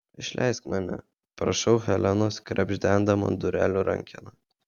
išleisk mane prašau helenos krebždendama durelių rankeną